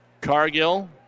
Cargill